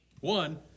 One